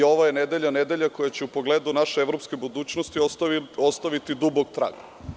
Ovo je nedelja, nedelja koja će u pogledu naše evropske budućnosti ostaviti dubok trag.